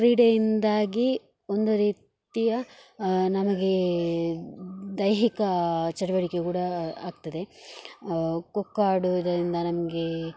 ಕ್ರೀಡೆಯಿಂದಾಗಿ ಒಂದು ರೀತಿಯ ನಮಗೆ ದೈಹಿಕ ಚಟುವಟಿಕೆ ಕೂಡ ಆಗ್ತದೆ ಕೊಕ್ಕೊ ಆಡುವುದರಿಂದ ನಮಗೆ